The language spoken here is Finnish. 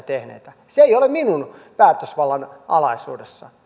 se ei ole minun päätösvaltani alaisuudessa